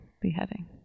beheading